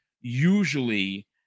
usually